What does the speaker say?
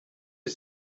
que